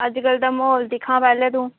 अज्जकल दा म्हौल दिक्ख हां पैह्लें तूं